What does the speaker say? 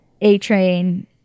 A-Train